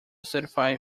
certify